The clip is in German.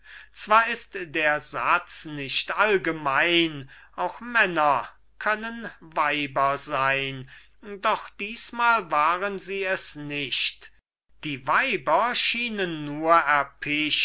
zwar ist der satz nicht allgemein auch männer können weiber sein doch diesmal waren sie es nicht die weiber schienen nur